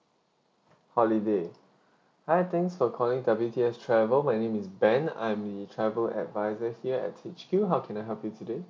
holiday hi thanks for calling W T S travel my name is ben I'm the travel advisor here at H_Q how can I help you today